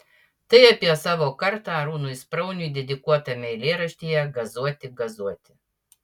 tai apie savo kartą arūnui sprauniui dedikuotame eilėraštyje gazuoti gazuoti